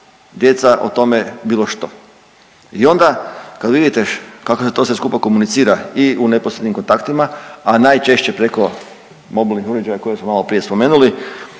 djeca o tome bilo što. I onda kad vidite kako se to sve skupa komunicira i u neposrednim kontaktima, a najčešće preko mobilnih uređaja koje smo maloprije spomenuli